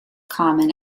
common